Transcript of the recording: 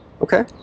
Okay